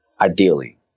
ideally